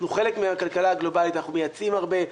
אנחנו חלק מהכלכלה הגלובלית אנחנו מייצאים הרבה,